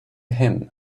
him